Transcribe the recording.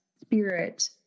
spirit